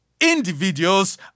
individuals